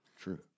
True